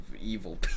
evil